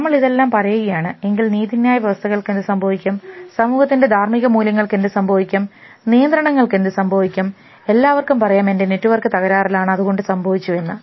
നമ്മൾ ഇതെല്ലാം പറയുകയാണ് എങ്കിൽ നീതിന്യായ വ്യവസ്ഥകൾക്ക് എന്ത് സംഭവിക്കും സമൂഹത്തിന്റെ ധാർമ്മിക മൂല്യങ്ങൾക്ക് എന്ത് സംഭവിക്കും നിയന്ത്രണങ്ങൾക്ക് എന്ത് സംഭവിക്കും എല്ലാവർക്കും പറയാം എൻറെ നെറ്റ്വർക്ക് തകരാറിലാണ് അതുകൊണ്ട് സംഭവിച്ചു എന്ന്